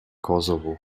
kosovo